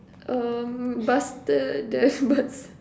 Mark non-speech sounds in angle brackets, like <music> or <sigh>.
um buster the <laughs>